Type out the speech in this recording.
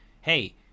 hey